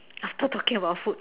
after talking about